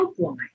helpline